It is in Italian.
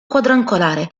quadrangolare